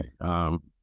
Okay